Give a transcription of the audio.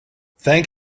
thank